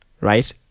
right